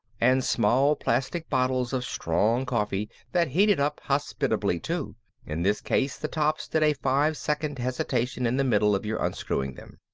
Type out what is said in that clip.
and small plastic bottles of strong coffee that heated up hospitably too in this case the tops did a five-second hesitation in the middle of your unscrewing them.